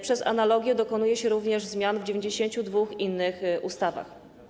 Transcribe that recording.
Przez analogię dokonuje się również zmian w 92 innych ustawach.